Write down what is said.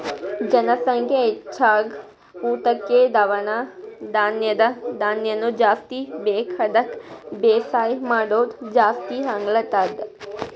ಜನಸಂಖ್ಯಾ ಹೆಚ್ದಂಗ್ ಊಟಕ್ಕ್ ದವಸ ಧಾನ್ಯನು ಜಾಸ್ತಿ ಬೇಕ್ ಅದಕ್ಕ್ ಬೇಸಾಯ್ ಮಾಡೋದ್ ಜಾಸ್ತಿ ಆಗ್ಲತದ್